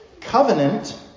covenant